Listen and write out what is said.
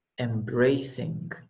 embracing